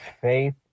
faith